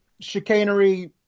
chicanery